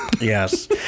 Yes